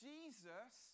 Jesus